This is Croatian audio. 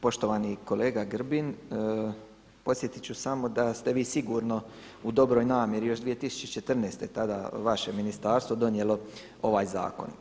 Poštovani kolega Grbin, podsjetiti ću samo da ste vi sigurno u dobroj namjeri još 2014., tada vaše ministarstvo donijelo ovaj zakon.